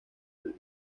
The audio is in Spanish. del